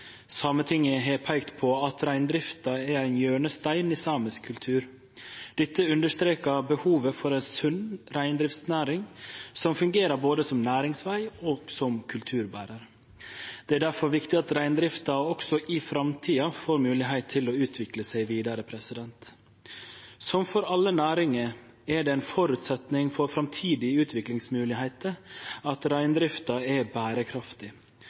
Sametinget har peikt på at reindrifta er ein hjørnestein i samisk kultur. Dette understrekar behovet for ei sunn reindriftsnæring som fungerer både som næringsveg og som kulturberar. Det er derfor viktig at reindrifta også i framtida får moglegheit til å utvikle seg vidare. Som for alle næringar er det ein føresetnad for framtidige utviklingsmoglegheiter at reindrifta er berekraftig.